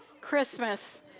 Christmas